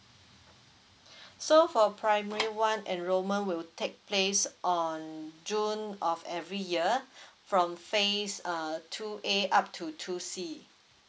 so for primary one enrollment will take place on june of every year from phase uh two A up to two C